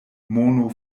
mono